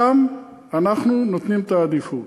שם אנחנו נותנים את העדיפות.